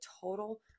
total